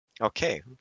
Okay